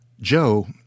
Joe